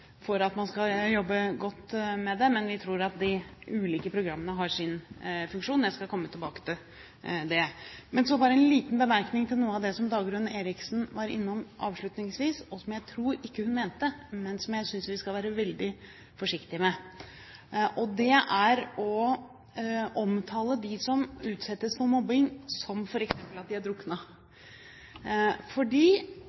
for at man skal jobbe godt med det, men vi tror at de ulike programmene har sin funksjon. Jeg skal komme tilbake til det. Så bare en liten bemerkning til noe av det som Dagrun Eriksen var innom avslutningsvis, og som jeg ikke tror hun mente, men som jeg synes vi skal være veldig forsiktige med. Det er å omtale de som utsettes for mobbing, som f.eks. at de har druknet. Det som imponerer meg veldig mange ganger, er